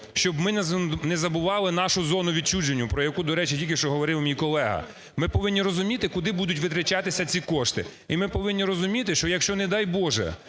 щоб ми не забували нашу зону відчуження, про яку, до речі, тільки що говорив мій колега. Ми повинні розуміти, куди будуть витрачатися ці кошти. І ми повинні розуміти, що, якщо, не дай Боже,